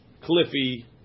cliffy